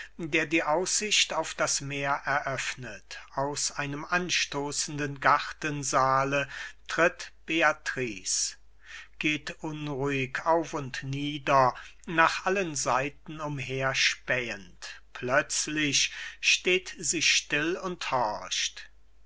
der die aussicht auf das meer eröffnet aus einem anstoßenden gartensaale tritt beatrice geht unruhig auf und nieder nach allen seiten umherspähend plötzlich steht sie still und horcht